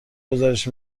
گزارش